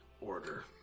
order